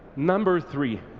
number three,